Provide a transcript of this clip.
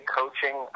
coaching